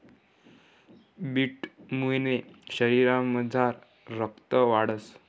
बीटमुये शरीरमझार रगत वाढंस